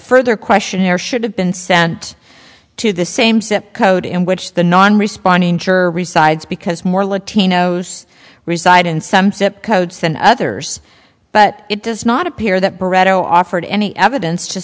further question here should have been sent to the same zip code in which the non responding resides because more latinos reside in some zip codes than others but it does not appear that derecho offered any evidence to